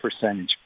percentage